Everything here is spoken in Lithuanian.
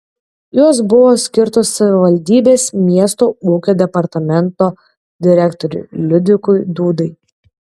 jos buvo skirtos savivaldybės miesto ūkio departamento direktoriui liudvikui dūdai